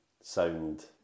sound